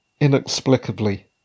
inexplicably